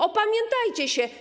Opamiętajcie się.